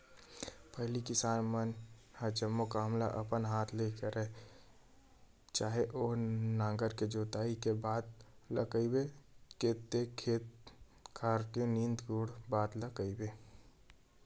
पहिली किसान मन ह जम्मो काम ल अपन हात ले करय चाहे ओ नांगर के जोतई के बात ल कहिबे ते खेत खार ल नींदे कोड़े बात ल कहिबे